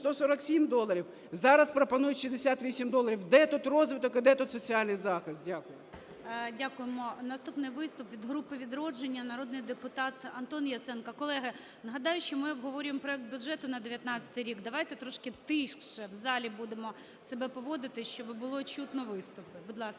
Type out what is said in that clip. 147 доларів, зараз пропонують - 68 доларів. Де тут розвиток і де тут соціальний захист? Дякую. ГОЛОВУЮЧИЙ. Дякуємо. Наступний виступ від групи "Відродження" народний депутат Антон Яценко. Колеги, нагадаю, що ми обговорюємо проект бюджету на 19-й рік. Давайте трошки тише в залі будемо себе поводити, щоб було чутно виступи. Будь ласка.